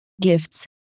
gifts